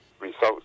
results